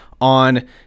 on